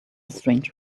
strange